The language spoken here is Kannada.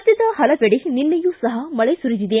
ರಾಜ್ಯದ ಪಲವೆಡೆ ನಿನ್ನೆಯೂ ಸಹ ಮಳೆ ಸುರಿದಿದೆ